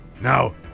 Now